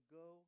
go